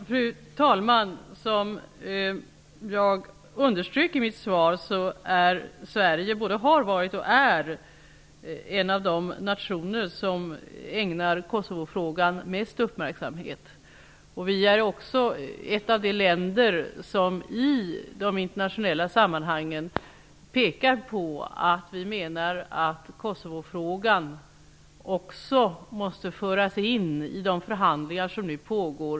Fru talman! Som jag underströk i mitt svar både är Sverige och har varit en av de nationer som ägnar Kosovofrågan mest uppmärksamhet. Sverige är också ett av de länder som i de internationella sammanhangen pekar på att Kosovofrågan också måste föras in i de förhandlingar som nu pågår.